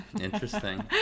Interesting